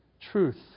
truth